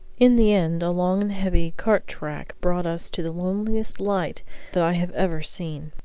in the end a long and heavy cart-track brought us to the loneliest light that i have ever seen.